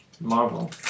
Marvel